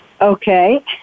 Okay